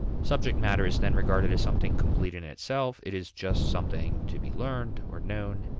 subject matter is then regarded as something complete in itself it is just something to be learned or known,